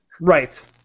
Right